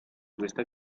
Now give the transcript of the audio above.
questa